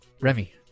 Remy